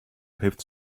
heeft